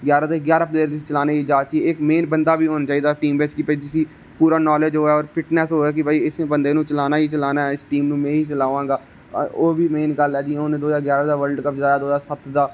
ग्यारां दे ग्यारां प्लेयर चलाने दी जांच ही मेन बंदा बी होना चाहिदा टीम बिच जिसी पूरा नाॅलेज होऐ और फिटनस होऐ कि भाई इस बंदे गी हून चलाना ही चलाना है टीम नू में ही चलांबा गा ओह् बी मेन गल्ल ऐ कि जियां हून दो जारां दा बल्डकप जिताया दो हजार सत दा